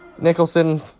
Nicholson